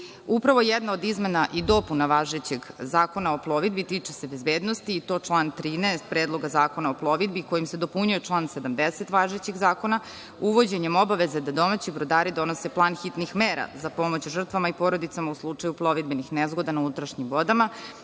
jedna od izmena i dopuna važećeg Zakona o plovidbi tiče se bezbednosti i to član 13. Predloga zakona o plovidbi kojim se dopunjuje član 70. važećeg zakona uvođenjem obaveze da domaći brodari donose plan hitnih mera za pomoć žrtvama i porodicama u slučaju plovidbenih nezgoda na unutrašnjim vodama.